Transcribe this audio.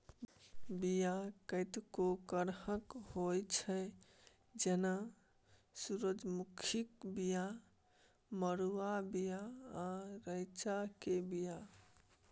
बीया कतेको करहक होइ छै जेना सुरजमुखीक बीया, मरुआक बीया आ रैंचा केर बीया